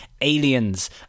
aliens